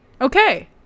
Okay